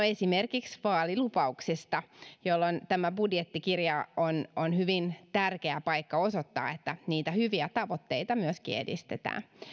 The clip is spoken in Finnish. esimerkiksi vaalilupauksista jolloin tämä budjettikirja on on hyvin tärkeä paikka osoittaa että niitä hyviä tavoitteita myöskin edistetään